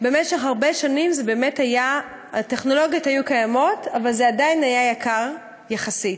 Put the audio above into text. במשך הרבה שנים הטכנולוגיות היו קיימות אבל זה עדיין היה יקר יחסית.